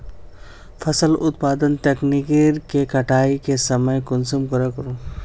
फसल उत्पादन तकनीक के कटाई के समय कुंसम करे करूम?